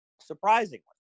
Surprisingly